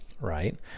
right